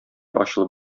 ачылып